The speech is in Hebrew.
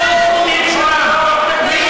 הדברים לא הוצאו מהקשרם, הדברים לא הוצאו מהקשרם.